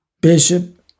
bishop